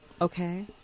Okay